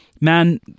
Man